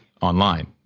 online